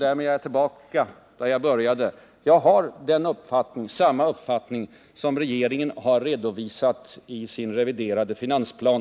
Därmed är jag tillbaka där jag började: Jag har samma uppfattning som regeringen har redovisat på s. 14 i sin reviderade finansplan.